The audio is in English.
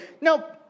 nope